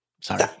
Sorry